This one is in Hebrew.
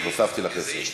הוספתי לך עשר.